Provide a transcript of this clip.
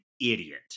idiot